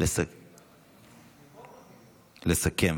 לסכם